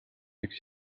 üks